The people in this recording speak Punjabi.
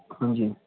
ਹਾਂਜੀ